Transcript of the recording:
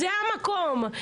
זה המקום,